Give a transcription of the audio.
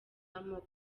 amoko